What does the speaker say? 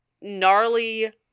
gnarly